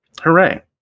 Hooray